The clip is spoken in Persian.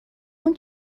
اون